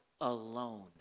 alone